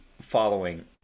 following